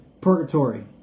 purgatory